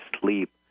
sleep